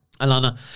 Alana